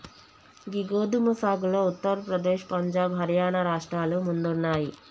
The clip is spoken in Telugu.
గీ గోదుమ సాగులో ఉత్తర ప్రదేశ్, పంజాబ్, హర్యానా రాష్ట్రాలు ముందున్నాయి